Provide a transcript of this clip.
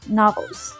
novels